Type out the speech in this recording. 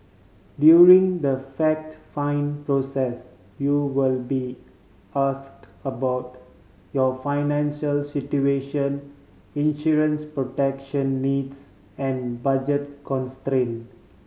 during the fact find process you will be asked about your financial situation insurance protection needs and budget constraint